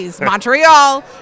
Montreal